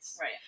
Right